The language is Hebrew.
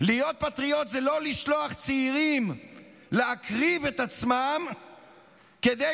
להיות פטריוט זה לא לשלוח צעירים להקריב את עצמם כדי